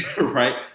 right